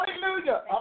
hallelujah